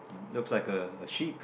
looks like a a sheep